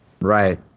Right